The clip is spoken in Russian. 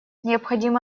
необходимы